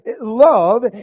love